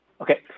okay